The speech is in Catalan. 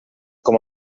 com